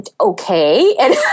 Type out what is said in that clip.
okay